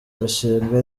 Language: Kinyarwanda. imishinga